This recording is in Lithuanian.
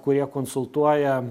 kurie konsultuoja